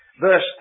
verse